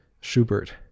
Schubert